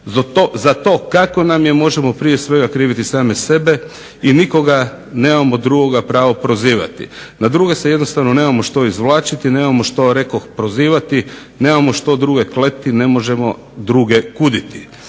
Za to kako nam je možemo prije svega kriviti same sebe i nikoga nemamo pravo drugoga prozivati. Na druge se jednostavno nemamo što izvlačiti, nemamo što reko prozivat, nemamo što druge kleti, ne možemo druge kuditi.